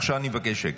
עכשיו אני מבקש שקט.